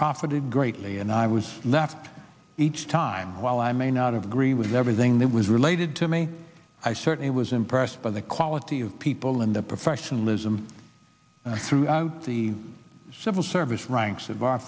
profited greatly and i was left each time while i may not agree with everything that was related to me i certainly was impressed by the quality of people and the professionalism throughout the civil service ranks of our